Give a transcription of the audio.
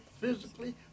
physically